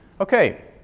Okay